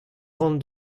ran